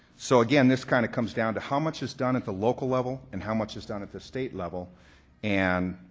so again this kind of comes down to how much is done at the local level and how much is done at the state level and,